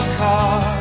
car